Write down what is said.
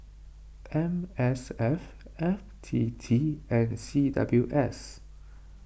M S F F T T and C W S